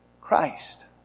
Christ